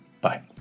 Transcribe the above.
Bye